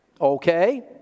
Okay